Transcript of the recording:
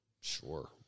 sure